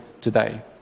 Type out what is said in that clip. today